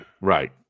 Right